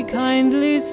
kindly